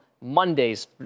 Monday's